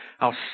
I'll